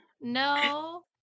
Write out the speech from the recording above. no